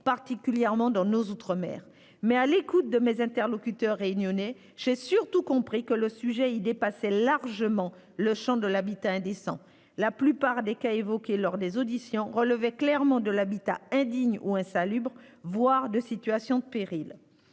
particulièrement dans nos outre-mer. Mais à l'écoute de mes interlocuteurs réunionnais, j'ai surtout compris que le sujet dépassait largement le champ de l'habitat indécent : la plupart des cas évoqués lors des auditions relevaient clairement de l'habitat indigne ou insalubre, voire de situations de péril.